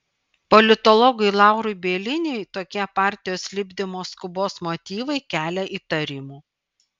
politologui laurui bieliniui tokie partijos lipdymo skubos motyvai kelia įtarimų